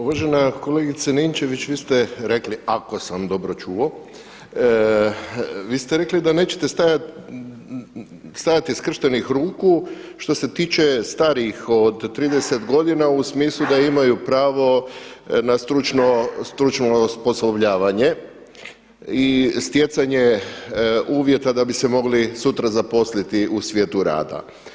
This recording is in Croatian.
Uvažena kolegice Ninčević, vi ste rekli ako sam dobro čuo, vi ste rekli da nećete stajati skrštenih ruku što se tiče starijih od 30 godina u smislu da imaju pravo na stručno osposobljavanje i stjecanje uvjeta da bi se mogli sutra zaposliti u svijetu rada.